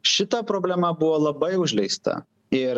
šita problema buvo labai užleista ir